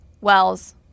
Wells